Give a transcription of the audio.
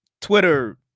Twitter